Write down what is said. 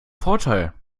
vorteil